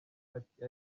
ati